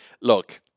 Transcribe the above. Look